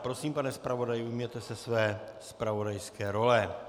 Prosím, pane zpravodaji, ujměte se své zpravodajské role.